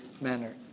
manner